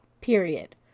period